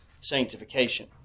sanctification